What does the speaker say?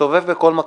מסתובב בכל מקום,